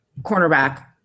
cornerback